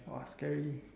!wah! scary